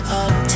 up